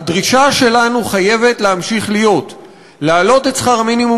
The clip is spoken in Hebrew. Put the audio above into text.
הדרישה שלנו חייבת להמשיך להיות להעלות את שכר המינימום